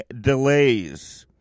delays